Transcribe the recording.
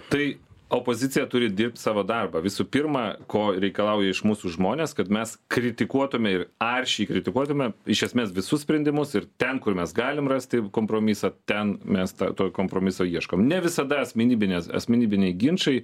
tai opozicija turi dirbt savo darbą visų pirma ko reikalauja iš mūsų žmonės kad mes kritikuotume ir aršiai kritikuotume iš esmės visus sprendimus ir ten kur mes galim rasti kompromisą ten mes tą to kompromiso ieškom ne visada asmenybinės asmenybiniai ginčai